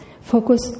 focus